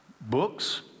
Books